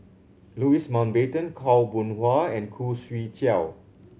Louis Mountbatten Khaw Boon Wan and Khoo Swee Chiow